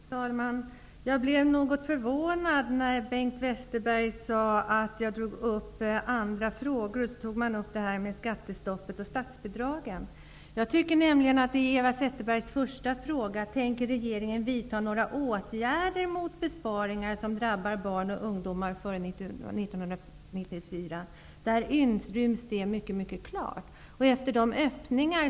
Fru talman! Jag blev något förvånad när Bengt Westerberg sade att jag tog upp andra frågor. Skattestoppet och statsbidragen nämndes. Men Eva Zetterbergs första fråga var: Tänker regeringen vidta några åtgärder mot besparingar som drabbar barn och ungdomar före 1994? Jag tycker att nämnda saker mycket klart inryms i den frågan.